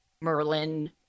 Merlin